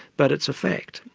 but it's a fact,